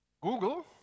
Google